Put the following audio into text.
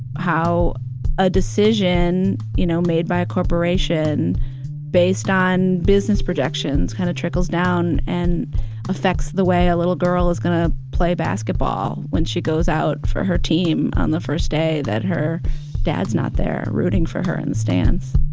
how a decision, you know, made by a corporation based on business projections kinda kind of trickles down and affects the way a little girl is gonna play basketball when she goes out for her team on the first day that her dad's not there rooting for her in the stands.